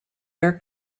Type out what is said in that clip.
air